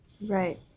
Right